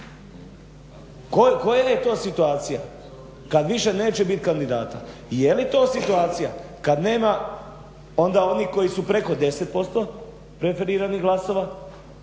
Koja je to situacija kad više neće bit kandidata? Je li to situacija kad nema onda onih koji su preko 10% preferiranih glasova.